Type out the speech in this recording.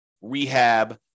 rehab